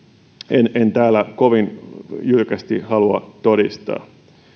en en täällä kovin jyrkästi halua todistaa